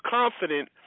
confident